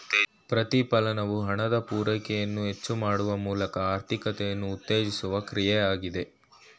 ಪ್ರತಿಫಲನವು ಹಣದ ಪೂರೈಕೆಯನ್ನು ಹೆಚ್ಚು ಮಾಡುವ ಮೂಲಕ ಆರ್ಥಿಕತೆಯನ್ನು ಉತ್ತೇಜಿಸುವ ಕ್ರಿಯೆ ಆಗಿದೆ